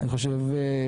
אני חושב,